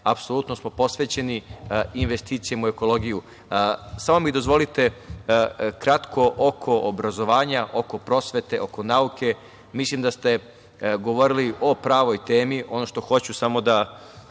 apsolutno smo posvećeni investicijama u ekologiju. Samo mi dozvolite kratko oko obrazovanja, oko prosvete, oko nauke, mislim da ste govorili o pravoj temi. Ono što hoću samo da